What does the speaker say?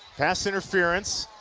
pass interference